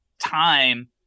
time